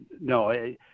no